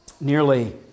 Nearly